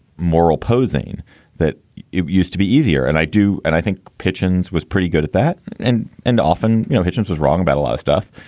moral posing that used to be easier. and i do. and i think pickins was pretty good at that. and and often, you know, hitchens was wrong about a lot of stuff.